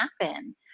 happen